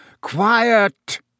Quiet